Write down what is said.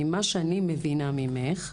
ממה שאני מבינה ממך,